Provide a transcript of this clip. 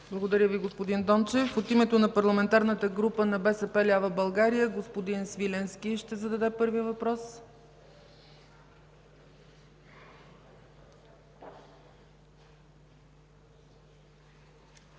Благодаря, господин Дончев. От името на Парламентарната група на БСП лява България – господин Свиленски ще зададе първия въпрос. ГЕОРГИ